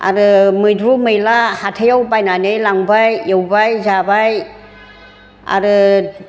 आरो मैद्रु मैला हाथायाव बायनानै लांबाय एवबाय जाबाय आरो